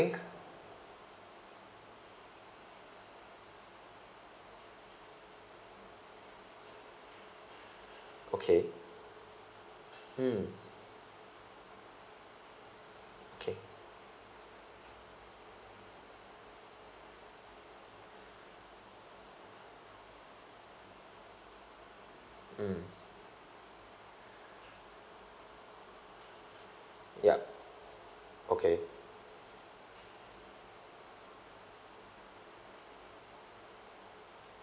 okay mm okay mm yup okay